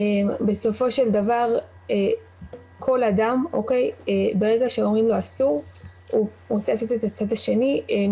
בסופו של דבר כל אדם ברגע שאומרים לו אסור הוא רוצה לעשות את זה מתוך